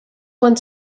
quan